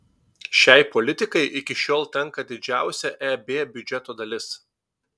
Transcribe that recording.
šiai politikai iki šiol tenka didžiausia eb biudžeto dalis